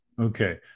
Okay